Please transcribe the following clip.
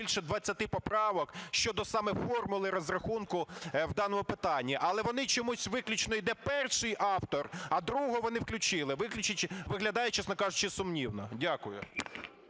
більше 20 поправок щодо саме формули розрахунку в даному питанні. Але вони чомусь, виключно йде перший автор, а другого вони включали. Виглядає, чесно кажучи, сумнівно. Дякую.